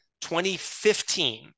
2015